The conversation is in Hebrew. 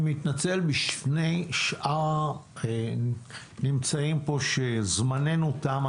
אני מתנצל בפני שאר הנמצאים פה, זמננו תם.